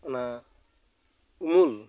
ᱚᱱᱟ ᱩᱢᱩᱞ